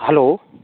hello